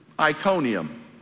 Iconium